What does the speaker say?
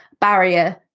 barrier